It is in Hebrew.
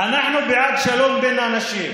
ווליד, ווליד, שועראא אל-בלאטה.